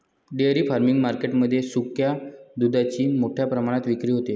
dairy farming market मध्ये सुक्या दुधाची मोठ्या प्रमाणात विक्री होते